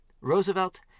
Roosevelt